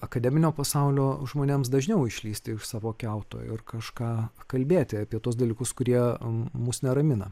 akademinio pasaulio žmonėms dažniau išlįsti iš savo kiauto ir kažką pakalbėti apie tuos dalykus kurie mus neramina